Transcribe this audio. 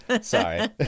sorry